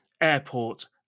airport